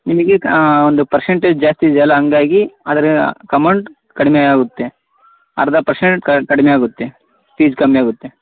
ನಿಮಗೆ ಒಂದು ಪರ್ಸೆಂಟೇಜ್ ಜಾಸ್ತಿ ಇದೆ ಅಲ್ಲ ಹಾಗಾಗಿ ಅದರ ಕಮೌಂಟ್ ಕಡಿಮೆ ಆಗುತ್ತೆ ಅರ್ಧ ಪರ್ಸೆಂಟ್ ಕಡಿಮೆ ಆಗುತ್ತೆ ಫೀಸ್ ಕಮ್ಮಿ ಆಗುತ್ತೆ